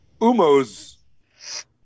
Umo's